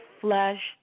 flesh